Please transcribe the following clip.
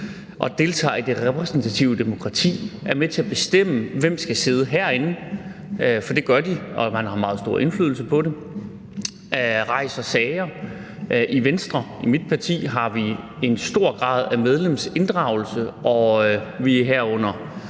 og deltager i det repræsentative demokrati, er de med til at bestemme, hvem der skal sidde herinde – det er de, og de har meget stor indflydelse på det. De kan også rejse sager. I Venstre – i mit parti – har vi en stor grad af medlemsinddragelse, og her under